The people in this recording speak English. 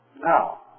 Now